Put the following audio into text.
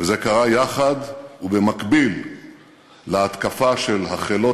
וזה קרה יחד ובמקביל להתקפה של החילות